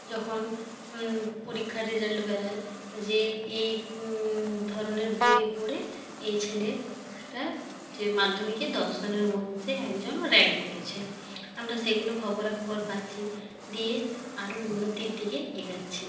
যখন পরীক্ষার রেজাল্ট বেরোয় যে এই ধরনের বই পড়ে এই ছেলেটা যে মাধ্যমিকে দশজনের মধ্যে একজন র্যাঙ্ক করেছে আমরা সেগুলো খবরাখবর পাচ্ছি দিয়ে আরও উন্নতির দিকে এগোচ্ছি